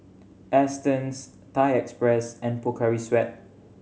Astons Thai Express and Pocari Sweat